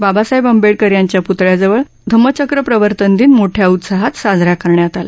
बाबासाहेब आंबेडकर यांच्या पुतळ्याजवळ धम्मचक्र प्रवर्तन दिन मोठ्या उत्साहात साजरा करण्यात आला